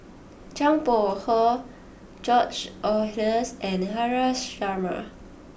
Zhang Bohe George Oehlers and Haresh Sharma